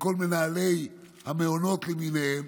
לכל מנהלי המעונות למיניהם.